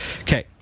Okay